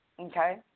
Okay